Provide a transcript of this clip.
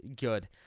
good